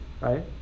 right